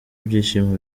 ibyishimo